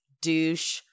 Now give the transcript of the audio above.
Douche